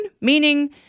meaning